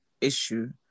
issue